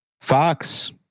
Fox